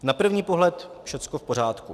Na první pohled všechno v pořádku.